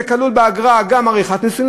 ואם באגרה כלולה גם עריכת נישואין,